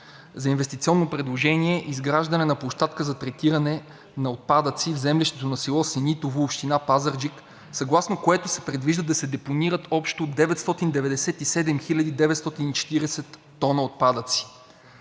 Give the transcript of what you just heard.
за инвестиционно предложение „Изграждане на площадка за третиране на отпадъци в землището на село Синитово, община Пазарджик, съгласно което се предвижда да се депонират общо 997 940 тона отпадъци.